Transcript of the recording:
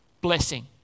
blessing